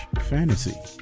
Fantasy